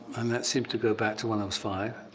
and that seemed to go back to when i was five.